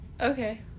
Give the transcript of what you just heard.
Okay